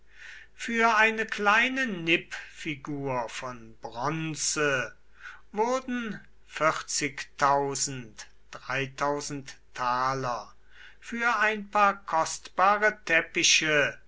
für eine kleine nippfigur von bronze wurden für ein paar kostbare teppiche